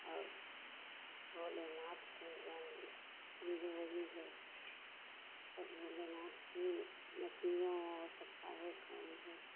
और भोले नाथ के बारे में समझो वही है सब भोलेनाथ की मछलियाँ और सबका यही काम है